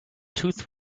tooth